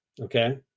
Okay